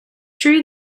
true